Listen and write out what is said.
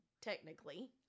technically